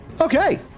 okay